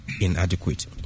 inadequate